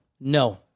No